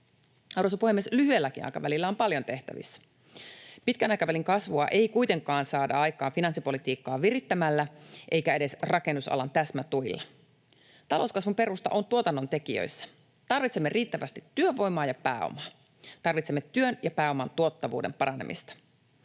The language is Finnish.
Arvoisa puhemies! Lyhyelläkin aikavälillä on paljon tehtävissä. Pitkän aikavälin kasvua ei kuitenkaan saada aikaan finanssipolitiikkaa virittämällä eikä edes rakennusalan täsmätuilla. Talouskasvun perusta on tuotannontekijöissä. Tarvitsemme riittävästi työvoimaa ja pääomaa. Tarvitsemme työn ja pääoman tuottavuuden paranemista.